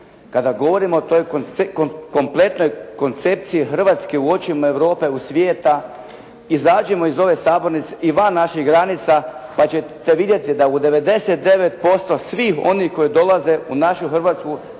kada govorimo o toj kompletnoj koncepciji Hrvatske u očima Europe i svijeta izađimo iz ove sabornice i van naših granica pa ćete vidjeti da u 99% svih onih koji dolaze u našu Hrvatsku